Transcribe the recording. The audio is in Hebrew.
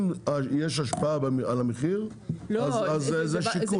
אם יש השפעה על המחיר, אז זה שיקול.